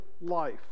life